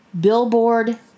Billboard